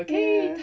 ya